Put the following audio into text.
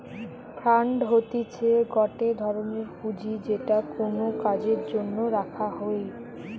fund হতিছে গটে ধরনের পুঁজি যেটা কোনো কাজের জন্য রাখা হই